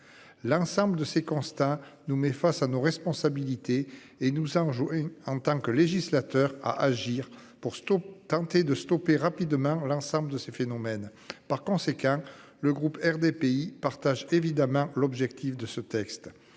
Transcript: L'ensemble de ces constats nous met face à nos responsabilités et nous avons joué en tant que législateur à agir pour stopper tenter de stopper rapidement l'ensemble de ces phénomènes, par conséquent, le groupe RDPI partage évidemment l'objectif de ce texte.